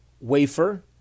wafer